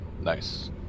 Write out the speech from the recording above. Nice